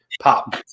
pop